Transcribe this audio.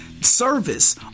service